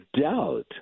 doubt